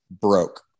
broke